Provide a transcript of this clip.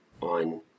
on